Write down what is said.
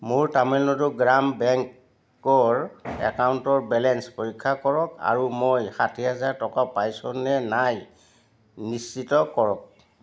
মোৰ তামিলনাডু গ্ৰাম বেংকৰ একাউণ্টৰ বেলেঞ্চ পৰীক্ষা কৰক আৰু মই ষাঠিহেজাৰ টকা পাইছোঁনে নাই নিশ্চিত কৰক